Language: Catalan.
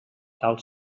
tal